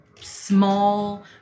small